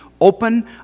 open